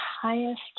highest